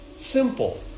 simple